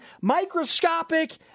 microscopic